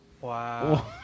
Wow